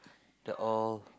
the all